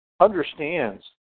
understands